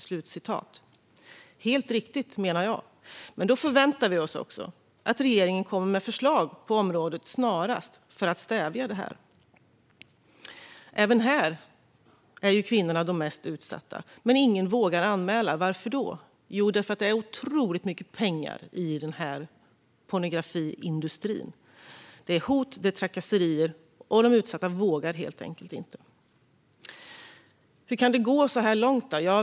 Det är helt riktigt, menar jag, och därför förväntar vi oss att regeringen snarast kommer med förslag på området för att stävja detta. Även här är kvinnorna de mest utsatta, men ingen vågar anmäla. Varför då? Jo, därför att det finns otroligt mycket pengar i pornografiindustrin. Det är hot och trakasserier, och de utsatta vågar helt enkelt inte. Hur kan det då gå så här långt?